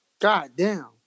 Goddamn